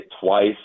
twice